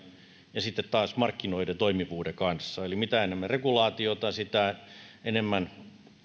ja sitten taas markkinoiden toimivuuden kanssa eli mitä enemmän regulaatiota sitä enemmän